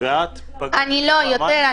אני לא, יותר.